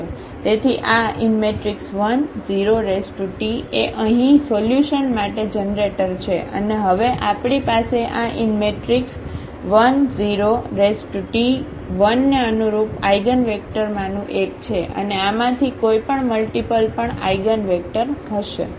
તેથી આ 10Tએ અહીં સોલ્યુશન માટે જનરેટર છે અને હવે આપણી પાસે આ 10T 1 ને અનુરૂપ આઇગનવેક્ટર માનું એક છે અને આમાંથી કોઈપણ મલ્ટીપલ પણ આઇગનવેક્ટર હશે